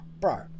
Bro